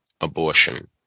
abortion